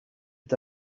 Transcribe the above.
est